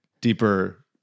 Deeper